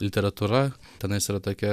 literatūra tenais yra tokia